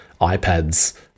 ipads